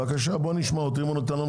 בבקשה, אם הוא נותן לנו